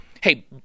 hey